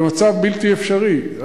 במצב בלתי אפשרי.